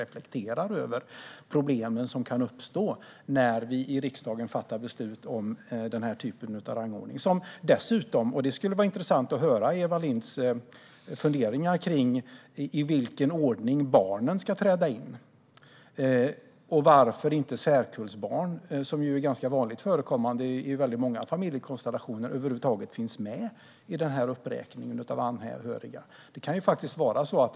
Det kan uppstå problem när vi i riksdagen fattar beslut om en rangordning av detta slag. Det vore för övrigt intressant att höra Eva Lindhs funderingar om i vilken ordning barnen ska träda in. Och varför finns inte särkullbarn över huvud taget med i uppräkningen av anhöriga? De är ganska vanligt förkommande i många familjekonstellationer.